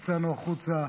יצאנו החוצה,